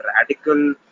radical